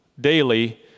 daily